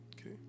Okay